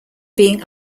being